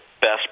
best